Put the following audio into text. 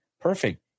Perfect